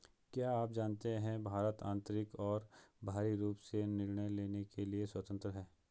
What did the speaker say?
क्या आप जानते है भारत आन्तरिक और बाहरी रूप से निर्णय लेने के लिए स्वतन्त्र है?